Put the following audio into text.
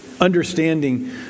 understanding